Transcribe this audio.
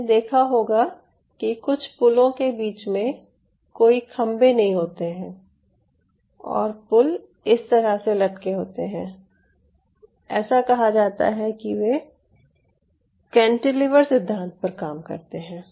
आपने देखा होगा कि कुछ पुलों के बीच में कोई खंभे नहीं होते हैं और पुल इस तरह से लटके होते हैं ऐसा कहा जाता है कि वे कैंटिलीवर सिद्धांत पर काम करते हैं